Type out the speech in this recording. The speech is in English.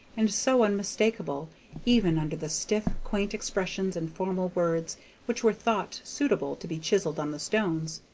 and so unmistakable even under the stiff, quaint expressions and formal words which were thought suitable to be chiselled on the stones,